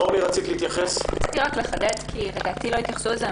רציתי לחדד כי לדעתי לא התייחסו לזה.